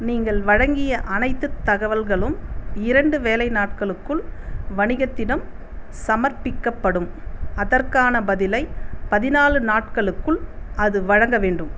நீங்கள் வழங்கிய அனைத்துத் தகவல்களும் இரண்டு வேலை நாட்களுக்குள் வணிகத்திடம் சமர்ப்பிக்கப்படும் அதற்கான பதிலை பதினாலு நாட்களுக்குள் அது வழங்க வேண்டும்